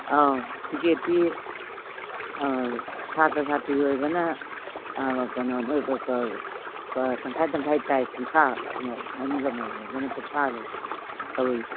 ꯑꯧ ꯇꯤꯛꯀꯦꯠꯇꯤ ꯁꯥꯠꯇ꯭ꯔ ꯁꯥꯠꯇ꯭ꯔꯤ ꯑꯣꯏꯔꯒꯅ ꯀꯩꯅꯣ ꯇꯪꯈꯥꯏ ꯇꯪꯈꯥꯏ ꯇꯥꯏ ꯀꯨꯟꯊ꯭ꯔꯥ ꯑꯍꯟ ꯂꯃꯟ ꯑꯣꯏꯔꯒꯅ ꯀꯨꯟꯊ꯭ꯔꯥ ꯑꯗꯨꯝ ꯂꯧꯏ